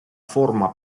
forma